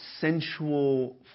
sensual